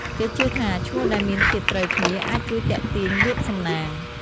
គេជឿថាឈ្មោះដែលមានធាតុត្រូវគ្នា អាចជួយទាក់ទាញលាភសំណាង។